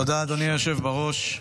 תודה, אדוני היושב בראש.